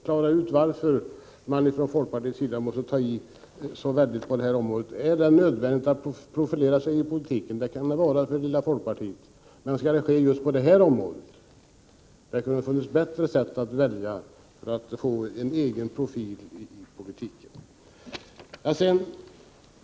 Klara ut varför man från folkpartiets sida måste ta i så väldigt på det här området! Är det nödvändigt att profilera sig i politiken? Det kan det vara för lilla folkpartiet. Men skall det ske just på det här området? Det kunde finnas bättre sätt att välja för att få en egen profil i politiken.